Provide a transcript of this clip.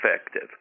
effective